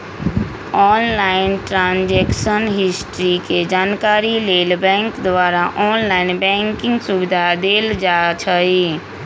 online transaction history के जानकारी लेल बैंक द्वारा ऑनलाइन बैंकिंग सुविधा देल जाइ छइ